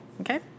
Okay